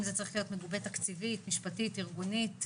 אם זה צריך להיות מגובה תקציבית, משפטית, ארגונית,